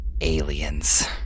aliens